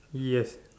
yes